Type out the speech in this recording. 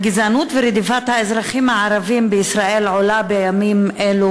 הגזענות ורדיפת האזרחים הערבים בישראל עולה בימים אלו